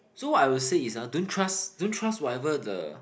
so I'll say is ah don't trust don't trust whatever the